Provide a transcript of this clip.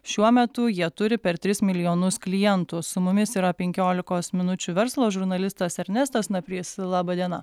šiuo metu jie turi per tris milijonus klientų su mumis yra penkiolikos minučių verslo žurnalistas ernestas naprys laba diena